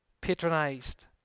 patronized